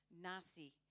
nasi